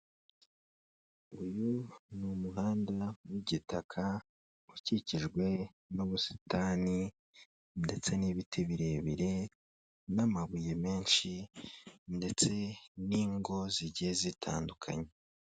Uyu ni umuhanda w'igitaka ukikijwe n'ubusitani ndetse n'ibiti birebire n'amabuye menshi ndetse n'ingo zigiye zitandukanye.